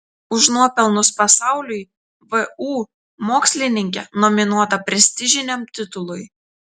už nuopelnus pasauliui vu mokslininkė nominuota prestižiniam titului